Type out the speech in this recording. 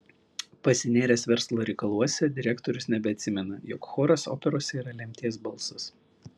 pasinėręs verslo reikaluose direktorius nebeatsimena jog choras operose yra lemties balsas